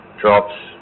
drops